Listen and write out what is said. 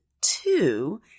two